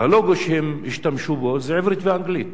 אבל הלוגו שהם השתמשו בו זה עברית ואנגלית.